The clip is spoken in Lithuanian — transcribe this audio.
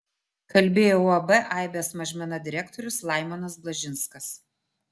kalbėjo uab aibės mažmena direktorius laimonas blažinskas